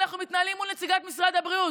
אנחנו מתנהלים מול נציגת משרד הבריאות.